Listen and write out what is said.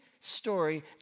story